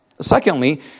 secondly